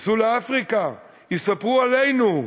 ייסעו לאפריקה, יספרו עלינו,